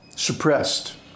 suppressed